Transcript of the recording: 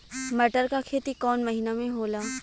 मटर क खेती कवन महिना मे होला?